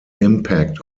impact